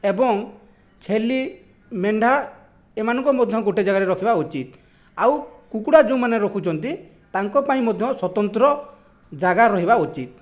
ଏବଂ ଛେଳି ମେଣ୍ଢା ଏମାନଙ୍କୁ ମଧ୍ୟ ଗୋଟିଏ ଜାଗାରେ ରଖିବା ଉଚିତ ଆଉ କୁକୁଡ଼ା ଯେଉଁମାନେ ରଖୁଛନ୍ତି ତାଙ୍କ ପାଇଁ ମଧ୍ୟ ସ୍ୱତନ୍ତ୍ର ଜାଗା ରହିବା ଉଚିତ